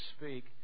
speak